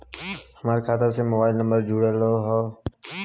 हमार खाता में मोबाइल नम्बर जुड़ल हो?